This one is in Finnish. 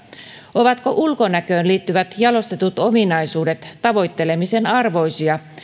ovatko ulkonäköön liittyvät jalostetut ominaisuudet tavoittelemisen arvoisia